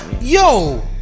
Yo